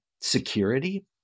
security